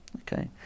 okay